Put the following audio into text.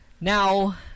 Now